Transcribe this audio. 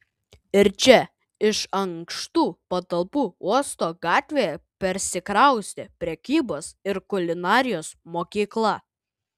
ir čia iš ankštų patalpų uosto gatvėje persikraustė prekybos ir kulinarijos mokykla